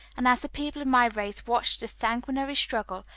and as the people of my race watched the sanguinary struggle,